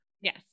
Yes